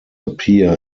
appear